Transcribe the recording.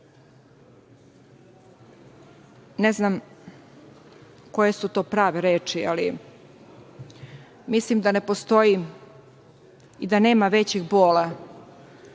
Ne znam koje su to prave reči, ali mislim da ne postoji i da nema većeg bola